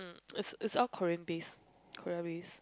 is is all Korean based Korea based